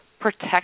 Protect